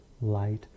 light